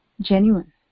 genuine